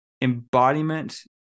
embodiment